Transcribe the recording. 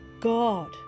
God